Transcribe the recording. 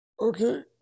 Okay